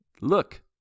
look